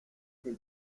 del